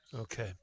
Okay